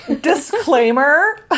disclaimer